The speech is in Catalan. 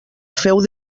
féu